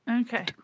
Okay